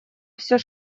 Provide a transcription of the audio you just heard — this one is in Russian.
все